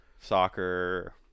soccer